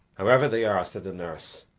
however they are, said the nurse,